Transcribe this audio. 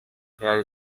hare